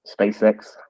spacex